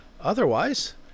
Otherwise